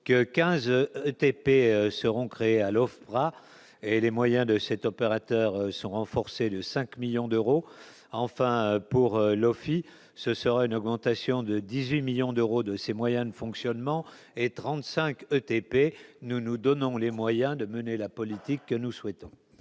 que 15 TP seront créés à l'Ofpra et les moyens de cet opérateur renforcer le 5 millions d'euros, enfin pour l'ce sera une augmentation de 18 millions d'euros de ses moyens de fonctionnement et 35 ETP, nous nous donnons les moyens de mener la politique que nous souhaitons.